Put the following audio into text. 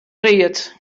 read